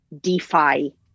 DeFi